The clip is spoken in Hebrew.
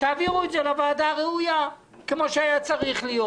תעבירו את זה לוועדה הראויה כמו שהיה צריך להיות.